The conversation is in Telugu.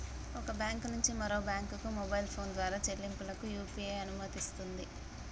ఒక బ్యాంకు నుంచి మరొక బ్యాంకుకు మొబైల్ ఫోన్ ద్వారా చెల్లింపులకు యూ.పీ.ఐ అనుమతినిస్తుంది